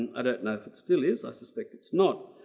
and i don't know if it still is. i suspect it's not.